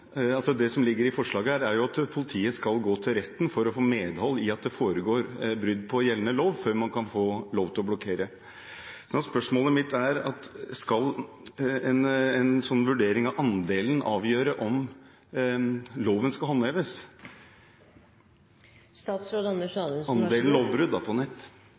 at politiet skal gå til retten for å få medhold i at det foregår brudd på gjeldende lov før man kan få lov til å blokkere. Så spørsmålet mitt er: Skal en sånn vurdering av andelen lovbrudd på nettet avgjøre om loven skal håndheves? Jeg må si at jeg er litt usikker på